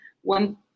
one